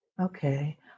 Okay